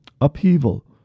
upheaval